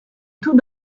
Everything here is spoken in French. tout